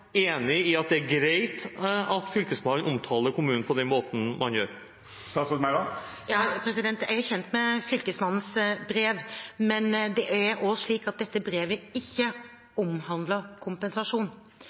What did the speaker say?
enig i at det er greit at Fylkesmannen omtaler kommunen på den måten man gjør? Jeg er kjent med Fylkesmannens brev, men det er også slik at dette brevet